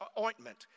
ointment